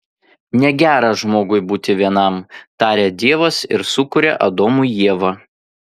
negera žmogui būti vienam taria dievas ir sukuria adomui ievą